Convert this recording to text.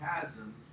chasm